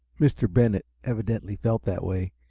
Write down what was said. mr. bennett evidently felt that way.